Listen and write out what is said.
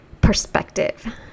perspective